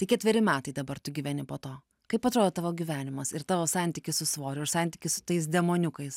tai ketveri metai dabar tu gyveni po to kaip atrodo tavo gyvenimas ir tavo santykis su svoriu ir santykiai su tais demoniukais